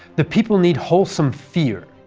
the people need wholesome fear.